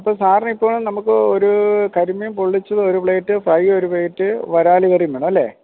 ഇപ്പോൾ സാറിനിപ്പോൾ നമുക്ക് ഒരു കരിമീൻ പൊള്ളിച്ചത് ഒരു പ്ലയിറ്റ് ഫ്രൈ ഒരു പെയ്റ്റ് വരാൽ കറിയും വേണമല്ലേ